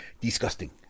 Disgusting